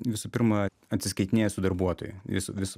visų pirma atsiskaitinėja su darbuotoju jis jis